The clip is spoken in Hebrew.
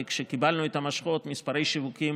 כי כשקיבלנו את המושכות מספרי השיווקים